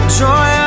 joy